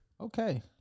okay